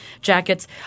jackets